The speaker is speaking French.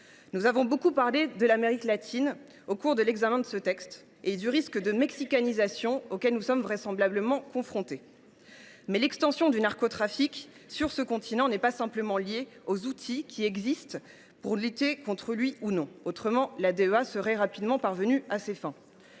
Nous avons beaucoup parlé de l’Amérique latine au cours de l’examen de ce texte et du risque de « mexicanisation » auquel nous sommes vraisemblablement confrontés. Mais l’extension du narcotrafic sur ce continent n’est pas simplement liée aux outils qui existent ou non pour lutter contre ce phénomène ; si tel était le cas, la